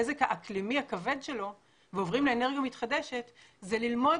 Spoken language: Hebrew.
לנזק אקלימי כבד ועוברים לאנרגיה מתחדשת הוא ללמוד